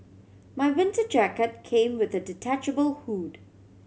my winter jacket came with a detachable hood